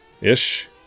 Ish